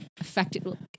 affected